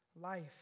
life